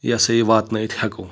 یہِ ہَسا یہِ واتنٲیِتھ ہؠکو